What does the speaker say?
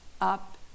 up